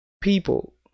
people